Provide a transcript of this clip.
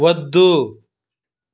వద్దు